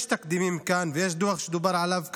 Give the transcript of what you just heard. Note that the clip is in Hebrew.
יש תקדימים כאן ויש דוח שדובר עליו כאן.